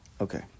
Okay